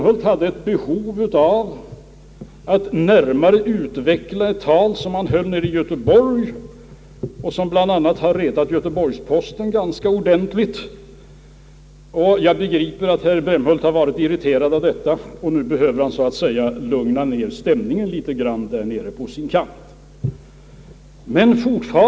Han kände ett behov att närmare utveckla innebörden i det tal, som han höll nere i Göteborg och som bl.a. retade Göteborgs-Posten ganska ordentligt. Jag begriper att han bar varit irriterad av detta och nu ville begagna tillfället att lugna ned stämningen litet grand på sin kant där nere.